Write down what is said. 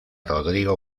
rodrigo